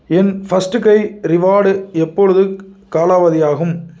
என் FirstCry reward எப்பொழுது காலாவதியாகும்